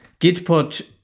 Gitpod